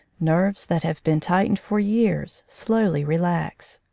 nerves that have been tightened for years slowly relax.